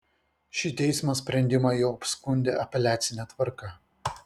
šį teismo sprendimą jau apskundė apeliacine tvarka